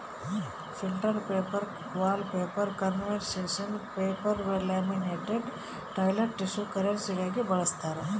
filter paper wallpaper conservation paper laminated toilet tissue ಕರೆನ್ಸಿಗಾಗಿ ಬಳಸ್ತಾರ